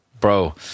Bro